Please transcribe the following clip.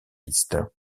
liste